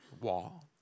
wall